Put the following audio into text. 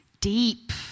deep